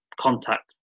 contact